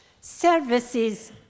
services